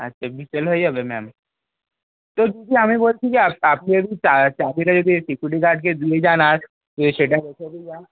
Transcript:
আসতে বিকেল হয়ে যাবে ম্যাম তো যদি আমি বলছি যে আপনি যদি চাবিটা যদি সিকুরিটি গার্ডকে দিয়ে যান আর এ সেটা রেখে দিয়ে যান